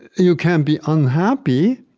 you can be unhappy,